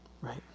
Right